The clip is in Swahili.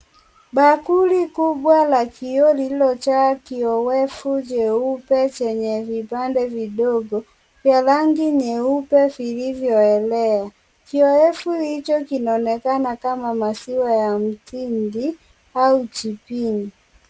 Bakuli kubwa la kioo lililojaa kiowevu jeupe chenye vipande vidogo vya rangi nyeupe vilivyoelea, kiowevu hicho kinaonekana kama maziwa ya mtindi au jipini.